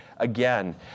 Again